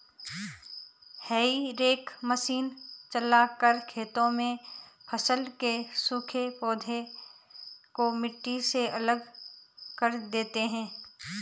हेई rake machine चलाकर खेतों में फसल के सूखे पौधे को मिट्टी से अलग कर देते हैं